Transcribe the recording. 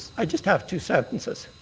i just have two sentences.